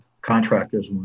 Contractors